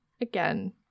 again